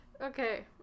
Okay